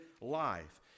life